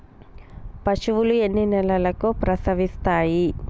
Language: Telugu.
పశువులు ఎన్ని నెలలకు ప్రసవిస్తాయి?